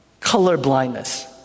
colorblindness